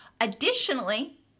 additionally